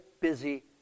busy